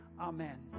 Amen